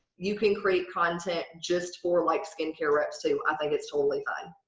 you can create content just for like skincare reps, too. i think it's totally fine,